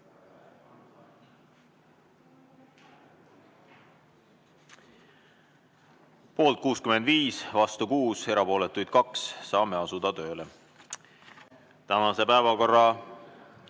Poolt 65, vastu 6, erapooletuid 2. Saame asuda tööle.